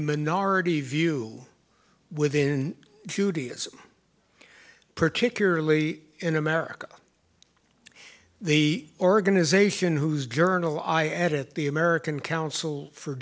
minority view within judaism particularly in america the organization whose journal i edit the american council for